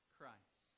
Christ